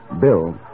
Bill